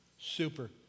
super